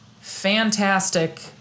fantastic